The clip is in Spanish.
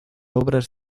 obras